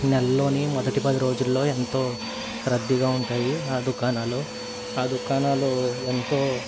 నెల్లోని మొదటి పది రోజుల్లో ఎంతో రద్దీగా ఉంటాయి ఆ దుకాణాలు ఆ దుకాణాలు ఎంతో